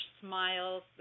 smiles